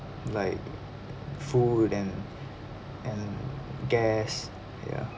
like food and and guests ya